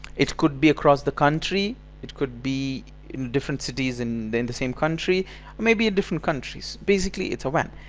it could be across the country it could be in different cities in the the same country or maybe in different countries. basically it's a wan.